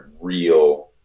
real